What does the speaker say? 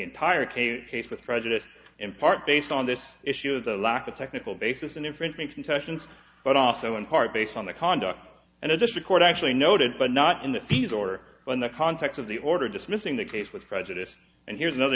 entire case a case with prejudice in part based on this issue of the lack of technical basis and infringement contestants but also in part based on the conduct and in this record actually noted but not in the fees or in the context of the order dismissing the case with prejudice and here's another